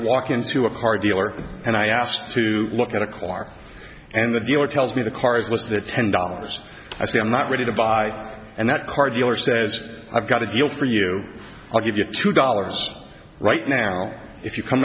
walk into a car dealer and i asked to look at a quark and the dealer tells me the cars list the ten dollars i say i'm not ready to buy and that part of the says i've got a deal for you i'll give you two dollars right now if you come